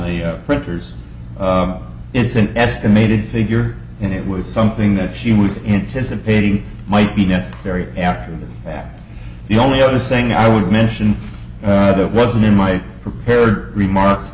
the printers it's an estimated figure and it was something that she was anticipating might be necessary after the fact the only other thing i would mention that wasn't in my prepared remark